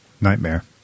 Nightmare